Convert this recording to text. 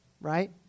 right